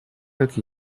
как